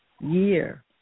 year